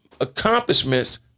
accomplishments